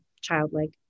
childlike